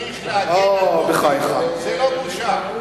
זה לא בושה.